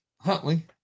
Huntley